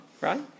right